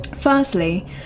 Firstly